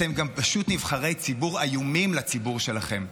אתם גם פשוט נבחרי ציבור איומים לציבור שלכם.